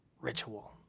ritual